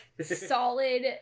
solid